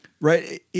Right